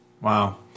wow